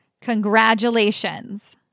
congratulations